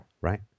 right